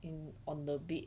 in on the bed